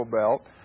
Belt